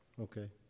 Okay